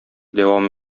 дәвам